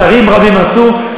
שרים רבים עשו.